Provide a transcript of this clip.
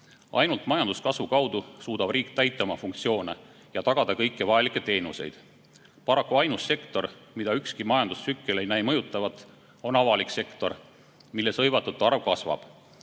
Ainult majanduskasvu kaudu suudab riik täita oma funktsioone ja tagada kõiki vajalikke teenuseid. Paraku ainus sektor, mida ükski majandustsükkel ei näi mõjutavat, on avalik sektor, milles hõivatute arv kasvab.